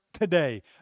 today